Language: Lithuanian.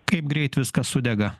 kaip greit viskas sudega